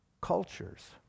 cultures